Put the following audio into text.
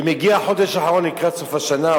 ומגיע החודש האחרון לקראת סוף השנה,